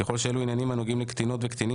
ככל שיעלו עניינים הנוגעים לקטינות וקטינים